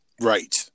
right